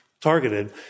targeted